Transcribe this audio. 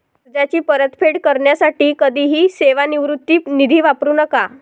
कर्जाची परतफेड करण्यासाठी कधीही सेवानिवृत्ती निधी वापरू नका